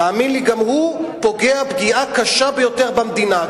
תאמין לי, גם הוא פוגע פגיעה קשה ביותר במדינה.